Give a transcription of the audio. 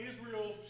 Israel